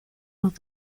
los